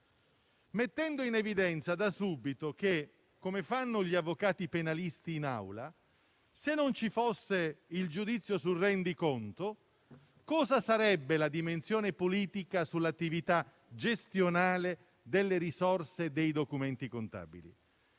proponendo sin da subito una domanda, come fanno gli avvocati penalisti in aula: se non ci fosse il giudizio sul rendiconto, cosa sarebbe la dimensione politica sull'attività gestionale delle risorse e dei documenti contabili?